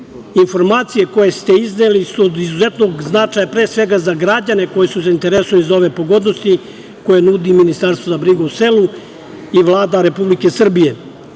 Republike. Informacije koje ste izneli su od izuzetnog značaja, pre svega za građane koji su zainteresovani za ove pogodnosti koje nudi Ministarstvo za brigu o selu i Vlada Republike Srbije. Lokalna